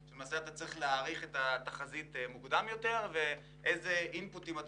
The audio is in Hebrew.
למעשה יש צורך להעריך את התחזית מוקדם יותר ואיזה איזונים אתה